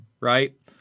Right